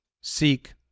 seek